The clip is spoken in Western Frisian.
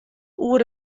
oer